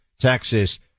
Texas